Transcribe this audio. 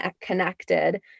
connected